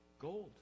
gold